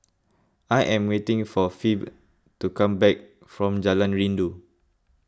I am waiting for Phebe to come back from Jalan Rindu